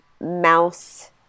mouse